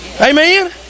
Amen